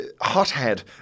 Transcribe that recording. Hothead